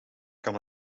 kan